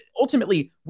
ultimately